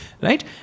right